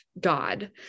God